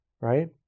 right